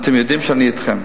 אתם יודעים שאני אתכם,